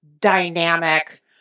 dynamic